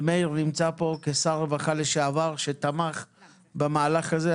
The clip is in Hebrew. ומאיר נמצא פה כשר רווחה לשעבר שתמך במהלך הזה,